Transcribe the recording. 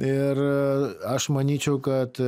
ir aš manyčiau kad